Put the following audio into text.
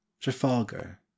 trafalgar